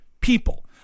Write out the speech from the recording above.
people